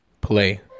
Play